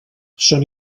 són